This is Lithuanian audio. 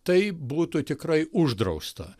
tai būtų tikrai uždrausta